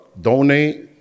Donate